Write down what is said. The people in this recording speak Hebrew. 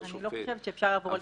--- אני לא חושבת שאפשר לעבור על זה.